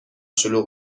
شلوغ